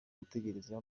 gutegereza